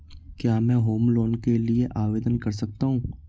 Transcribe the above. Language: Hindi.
क्या मैं होम लोंन के लिए आवेदन कर सकता हूं?